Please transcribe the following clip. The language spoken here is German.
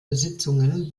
besitzungen